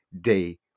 Day